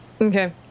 Okay